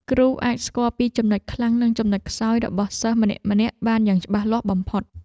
គ្រូអាចស្គាល់ពីចំណុចខ្លាំងនិងចំណុចខ្សោយរបស់សិស្សម្នាក់ៗបានយ៉ាងច្បាស់លាស់បំផុត។